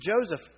Joseph